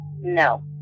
No